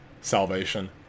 salvation